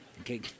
Okay